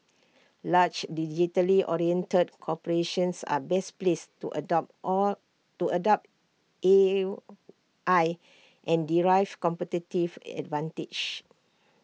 large digitally oriented corporations are best placed to adopt all to adopt A I and derive competitive advantage